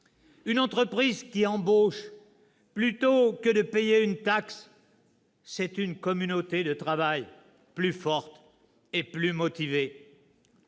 Une entreprise qui embauche plutôt que de payer une taxe, c'est une communauté de travail plus forte et plus motivée.